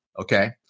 okay